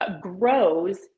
grows